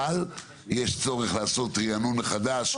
אבל יש צורך לעשות ריענון מחדש.